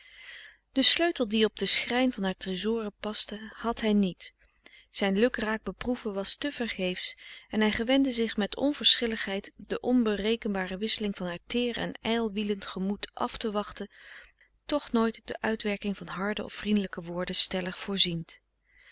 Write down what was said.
den sleutel die op den schrijn van haar tresoren paste had hij niet zijn luk raak beproeven was te vergeefs en hij gewende zich met onverschilligheid de onberekenbare wisseling van haar teer en ijlwielend gemoed af te wachten tch nooit de uitwerking van harde of vriendelijke woorden stellig voorziend